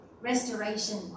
Restoration